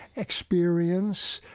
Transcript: experience,